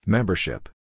Membership